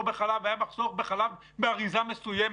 בחלב אלא היה מחסור בחלב באריזה מסוימת.